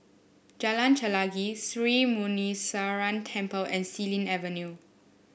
Jalan Chelagi Sri Muneeswaran Temple and Xilin Avenue